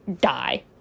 die